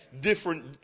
Different